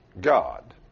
God